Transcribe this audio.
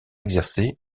exercer